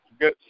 good